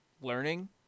learning